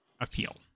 appeal